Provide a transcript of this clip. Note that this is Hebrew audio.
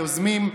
היוזמים.